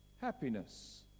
Happiness